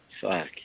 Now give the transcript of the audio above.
fuck